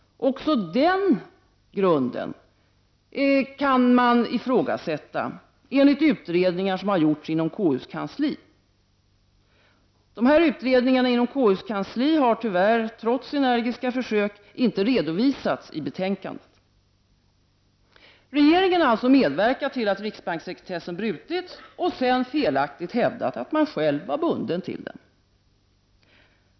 Också den grunden kan ifrågasättas enligt utredningar som gjorts inom konstitutionsutskottets kansli. Dessa utredningar har tyvärr — trots energiska försök — inte redovisats i betänkandet. Regeringen har alltså medverkat till att riksbankssekretessen brutits och sedan felaktigt hävdat att man själv var bunden till den.